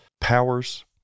powers